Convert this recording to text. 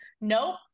nope